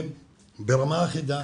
הם ברמה אחידה,